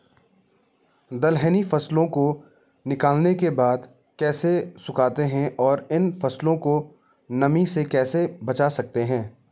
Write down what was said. दलहनी फसलों को निकालने के बाद कैसे सुखाते हैं और इन फसलों को नमी से कैसे बचा सकते हैं?